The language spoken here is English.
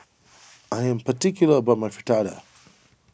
I am particular about my Fritada